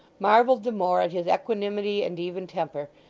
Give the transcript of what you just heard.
marvelled the more at his equanimity and even temper,